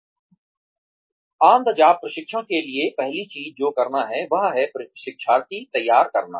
on the job प्रशिक्षण के लिए पहली चीज जो करना है वह है शिक्षार्थी तैयार करना